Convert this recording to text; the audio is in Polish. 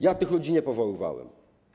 Ja tych ludzi nie powoływałem.